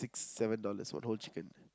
seven dollars for whole chicken